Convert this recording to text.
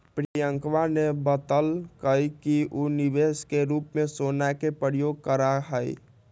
प्रियंकवा ने बतल कई कि ऊ निवेश के रूप में सोना के प्रयोग करा हई